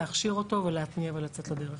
להכשיר אותו ולהתניע ולצאת לדרך.